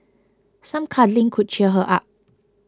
some cuddling could cheer her up